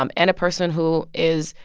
um and a person who is,